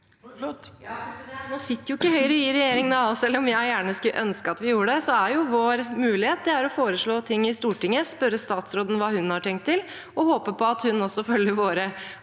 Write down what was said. sitter jo ikke i regjering, selv om jeg gjerne skulle ønsket at vi gjorde det, så vår mulighet er å foreslå ting i Stortinget, spørre statsråden hva hun har tenkt å gjøre, og håpe at hun følger våre